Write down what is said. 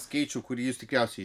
skaičių kurį jūs tikriausiai